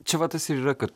čia va tas ir yra kad